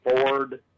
Ford